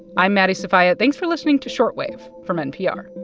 i'm maddie sofia. thanks for listening to short wave from npr